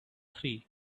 three